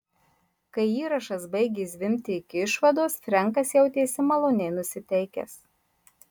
kai įrašas baigė zvimbti iki išvados frenkas jautėsi maloniai nusiteikęs